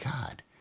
God